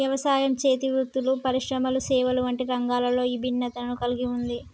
యవసాయం, చేతి వృత్తులు పరిశ్రమలు సేవలు వంటి రంగాలలో ఇభిన్నతను కల్గి ఉంది